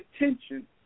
attention